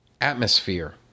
atmosphere